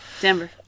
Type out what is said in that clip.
Denver